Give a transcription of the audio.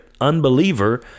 unbeliever